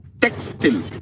textile